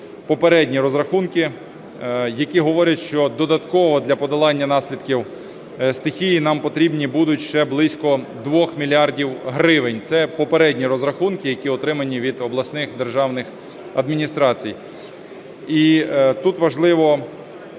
попередні розрахунки, які говорять, що додатково для подолання наслідків стихії нам потрібні будуть близько 2 мільярдів гривень. Це попередні розрахунки, які отримані від обласних державних адміністрацій.